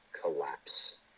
collapse